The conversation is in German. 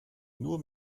nur